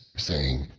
saying,